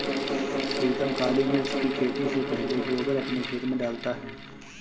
प्रीतम काली मिर्च की खेती से पहले गोबर अपने खेत में डालता है